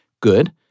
Good